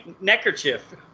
neckerchief